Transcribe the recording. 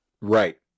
Right